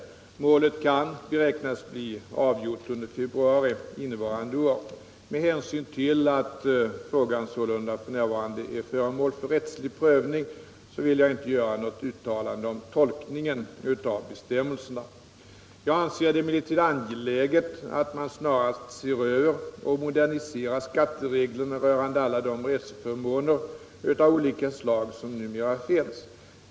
Målet kan beräknas bli avgjort under februari innevarande år. Med hänsyn till att frågan sålunda f. n. är föremål för rättslig prövning vill jag inte göra något uttalande om tolkningen av bestämmelserna. Jag anser det emellertid angeläget att man snarast ser över och moderniserar skattereglerna rörande alla de reseförmåner av olika slag som numera finns.